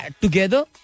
together